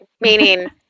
meaning